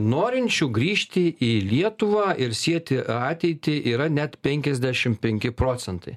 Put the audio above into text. norinčių grįžti į lietuvą ir sieti ateitį yra net penkiasdešim penki procentai